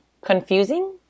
confusing